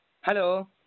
Hello